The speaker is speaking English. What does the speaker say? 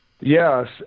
Yes